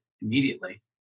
immediately